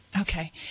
Okay